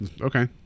okay